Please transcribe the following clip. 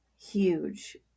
huge